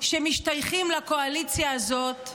שמשתייכים לקואליציה הזאת,